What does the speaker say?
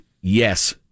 yes